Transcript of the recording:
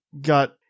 got